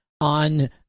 on